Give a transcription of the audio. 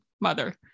mother